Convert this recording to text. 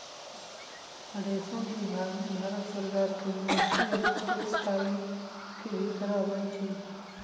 रेशम विभाग भारत सरकार के मिनिस्ट्री ऑफ टेक्सटाइल के भितर अबई छइ